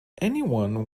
anyone